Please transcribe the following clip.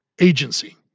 Agency